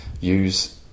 use